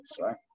right